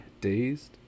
dazed